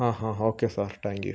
uh uh okay sir thank Q